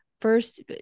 first